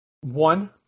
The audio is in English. One